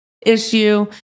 issue